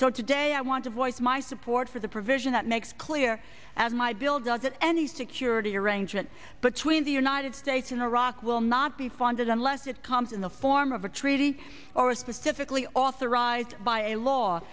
so today i want to voice my support for the provision that makes clear as my bill does that any security arrangement between the united states and iraq will not be funded unless it comes in the form of a treaty or specifically authorized by a law